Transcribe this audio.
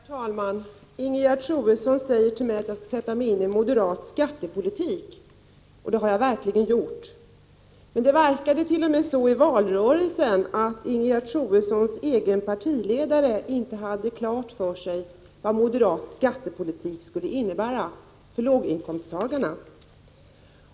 Herr talman! Ingegerd Troedsson säger att jag skall sätta mig in i moderat skattepolitik, och det har jag verkligen gjort. Men det verkade under valrörelsen t.o.m. som om Ingegerd Troedssons egen partiledare inte hade klart för sig vad moderat skattepolitik skulle innebära för låginkomsttagarna.